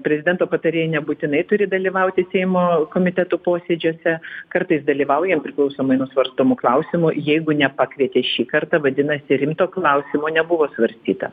prezidento patarėjai nebūtinai turi dalyvauti seimo komitetų posėdžiuose kartais dalyvaujam priklausomai nuo svarstomų klausimų jeigu nepakvietė šį kartą vadinasi rimto klausimo nebuvo svarstyta